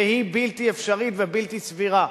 שהיא בלתי אפשרית ובלתי סבירה.